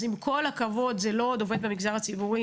עם כל הכבוד, זה לא עוד עובד במגזר הציבורי,